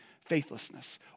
faithlessness